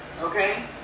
Okay